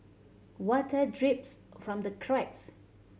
water drips from the cracks